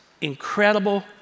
incredible